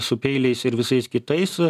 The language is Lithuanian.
su peiliais ir visais kitais